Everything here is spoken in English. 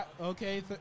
Okay